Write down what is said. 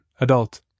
adult